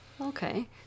Okay